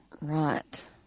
Right